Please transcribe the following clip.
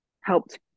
helped